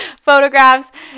photographs